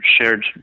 shared